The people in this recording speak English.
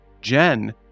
Jen